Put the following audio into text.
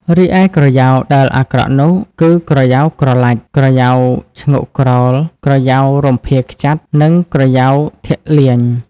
រីឯក្រយៅដែលអាក្រក់នោះ គឺ ក្រយៅក្រឡាច់ ក្រយៅឈ្ងោកក្រោល ក្រយៅរំភាយខ្ចាត់ និងក្រយៅធាក់លាញ។